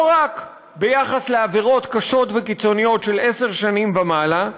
לא רק ביחס לעבירות קשות וקיצוניות שהעונש עליהן עשר שנים ומעלה,